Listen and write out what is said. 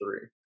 three